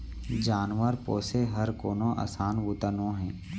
जानवर पोसे हर कोनो असान बूता नोहे